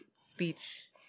speech